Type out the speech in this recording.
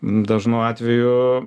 dažnu atveju